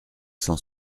cent